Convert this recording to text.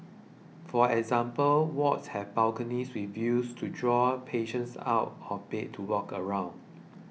for example wards have balconies with views to draw patients out of bed to walk around